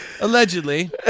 allegedly